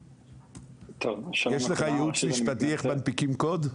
יש לך ייעוץ משפטי איך מנפיקים קוד?